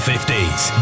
50s